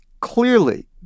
clearly